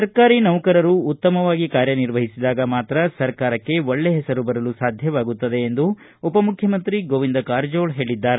ಸರ್ಕಾರಿ ನೌಕರರು ಉತ್ತಮವಾಗಿ ಕಾರ್ಯನಿರ್ವಹಿಸಿದಾಗ ಮಾತ್ರ ಸರ್ಕಾರಕ್ಷೆ ಒಳ್ಳೆ ಹೆಸರು ಬರಲು ಸಾಧ್ಜವಾಗುತ್ತದೆ ಎಂದು ಉಪಮುಖ್ಖಮಂತ್ರಿ ಗೋವಿಂದ ಕಾರಜೋಳ ಹೇಳಿದ್ದಾರೆ